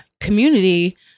community